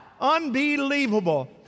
unbelievable